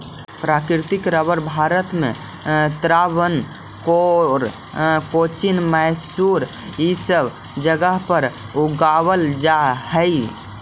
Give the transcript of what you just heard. प्राकृतिक रबर भारत में त्रावणकोर, कोचीन, मैसूर इ सब जगह पर उगावल जा हई